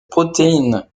protéine